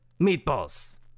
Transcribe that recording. meatballs